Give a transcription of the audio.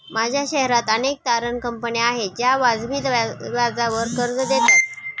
माझ्या शहरात अनेक तारण कंपन्या आहेत ज्या वाजवी व्याजावर कर्ज देतात